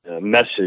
message